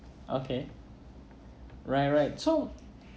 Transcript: okay right right so